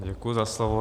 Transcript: Děkuji za slovo.